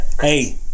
hey